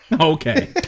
Okay